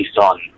son